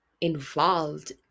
involved